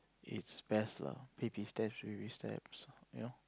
it's best lah baby steps baby steps you know